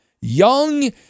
young